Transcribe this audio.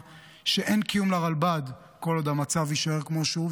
שאין קיום לרלב"ד כל עוד המצב יישאר כמו שהוא,